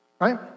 Right